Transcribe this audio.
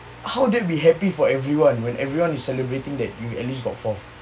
how would that be happy for everyone when everyone is celebrating that we at least got fourth